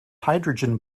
hydrogen